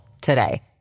today